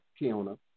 Kiona